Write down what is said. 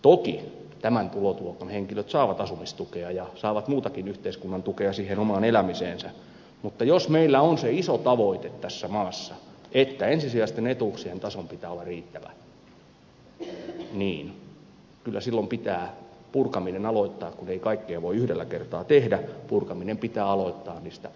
toki tämän tuloluokan henkilöt saavat asumistukea ja saavat muutakin yhteiskunnan tukea siihen omaan elämiseensä mutta jos meillä on se iso tavoite tässä maassa että ensisijaisten etuuksien tason pitää olla riittävä niin kyllä silloin pitää purkaminen aloittaa kun ei kaikkea voi yhdellä kertaa tehdä niistä ongelmien ytimistä